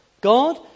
God